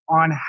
on